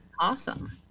Awesome